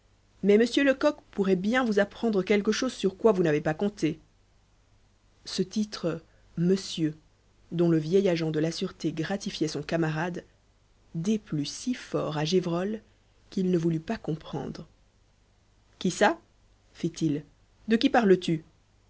mais monsieur lecoq pourrait bien vous apprendre quelque chose sur quoi vous n'avez pas compté ce titre monsieur dont le vieil agent de la sûreté gratifiait son camarade déplut si fort à gévrol qu'il ne voulut pas comprendre qui ça fit-il de qui